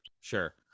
sure